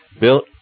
built